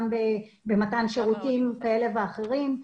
גם במתן שירותים כאלה ואחרים,